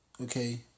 Okay